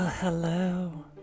Hello